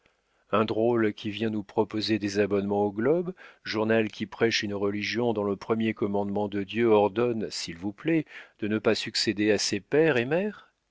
un drôle qui vient nous proposer des abonnements au globe journal qui prêche une religion dont le premier commandement de dieu ordonne s'il vous plaît de ne pas succéder à ses père et mère